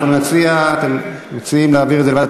לוועדת